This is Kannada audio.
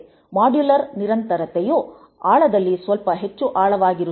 ಮಾಡ್ಯುಲರ್ ನಿರಂತರತೆಯು ಆಳದಲ್ಲಿ ಸ್ವಲ್ಪ ಹೆಚ್ಚು ಆಳವಾಗಿರುತ್ತದೆ